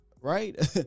right